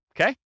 okay